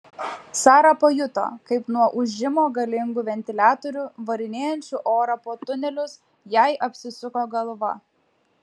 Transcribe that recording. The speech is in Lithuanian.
sara pajuto kaip nuo ūžimo galingų ventiliatorių varinėjančių orą po tunelius jai apsisuko galva